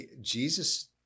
Jesus